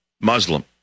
Muslim